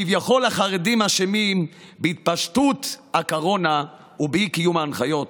כביכול החרדים אשמים בהתפשטות הקורונה ובאי-קיום ההנחיות,